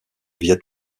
viêt